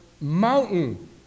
mountain